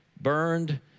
burned